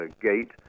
gate